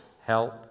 help